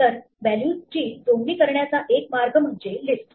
तर व्हॅल्यूज ची जोडणी करण्याचा एक मार्ग म्हणजे लिस्ट